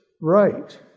right